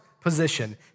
position